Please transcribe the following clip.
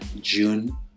June